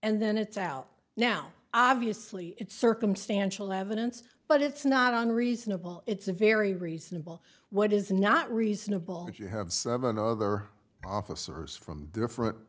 and then it's out now obviously it's circumstantial evidence but it's not unreasonable it's a very reasonable what is not reasonable that you have seven other officers from different